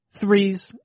threes